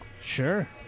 Sure